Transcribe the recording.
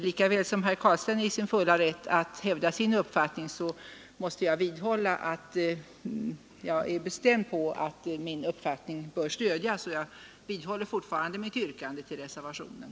Lika väl som herr Carlstein är i sin fulla rätt att hävda sin uppfattning så måste jag vidhålla att min uppfattning bör stödjas. Jag står alltså fortfarande fast vid mitt yrkande om bifall till reservationen.